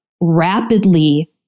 rapidly